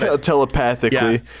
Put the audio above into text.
telepathically